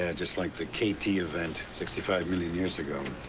ah just like the k t. event sixty five illion years ago.